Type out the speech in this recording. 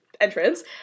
entrance